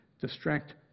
distract